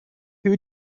two